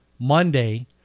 Monday